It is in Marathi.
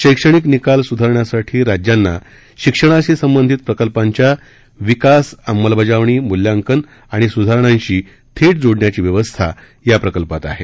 शैक्षणिक निकाल स्धारण्यासाठी राज्यांना शिक्षणाशी संबंधित प्रकल्पांच्या विकास अंबलबजावणी मूल्यांकन आणि सुधारणांची थेट जोडण्याची व्यवस्था या प्रकल्पात आहे